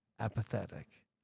apathetic